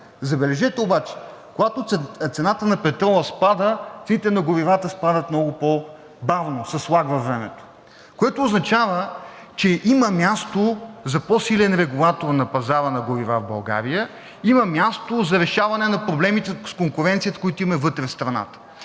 Забележете обаче, когато цената на петрола спада, цените на горивата спадат много по-бавно с лаг във времето, което означава, че има място за по-силен регулатор на пазара на горива в България, има място за решаване на проблемите с конкуренцията, които имаме вътре в страната.